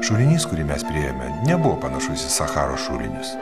šulinys kurį mes priėjome nebuvo panašus į sacharos šulinius